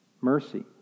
mercy